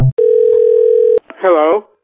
Hello